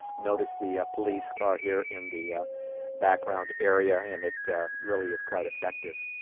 notice the police car here in the background area and it really is quite effective.